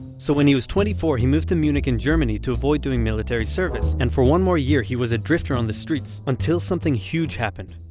so when he was twenty four he moved to munich in germany to avoid doing military service and for one more year he was a drifter on the streets until something huge happened.